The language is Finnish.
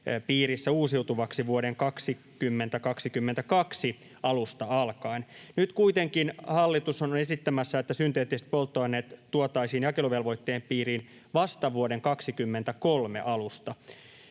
piirissä uusiutuvaksi vuoden 2022 alusta alkaen. Nyt kuitenkin hallitus on esittämässä, että synteettiset polttoaineet tuotaisiin jakeluvelvoitteen piiriin vasta vuoden 23 alusta.